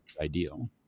ideal